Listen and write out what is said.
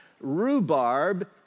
Rhubarb